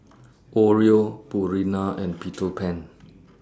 Oreo Purina and Peter Pan